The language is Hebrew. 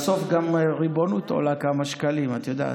בסוף גם ריבונות עולה כמה שקלים, את יודעת.